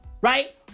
Right